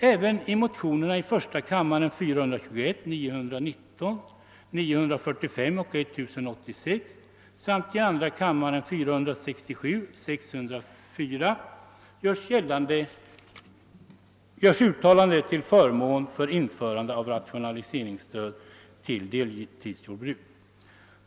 Även i motionerna I:421, I1:919, 1:945, II: 1086, II: 467 och II: 604 görs uttalanden till förmån för införande av rationaliseringsstöd till deitidsjordbruk.